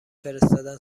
فرستادن